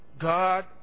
God